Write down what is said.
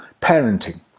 Parenting